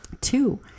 Two